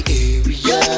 area